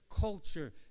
culture